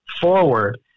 forward